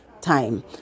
time